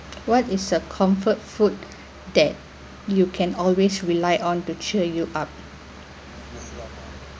what is a comfort food that you can always rely on to cheer you up